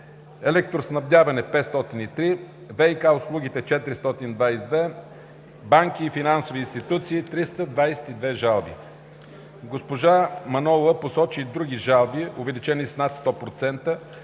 електроснабдяване – 503, ВиК услуги – 422, банки и финансови институции – 322 жалби. Госпожа Манолова посочи и другите жалби, увеличени с над 100%